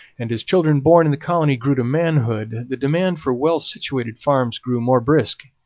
and as children born in the colony grew to manhood, the demand for well-situated farms grew more brisk,